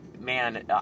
man